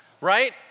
right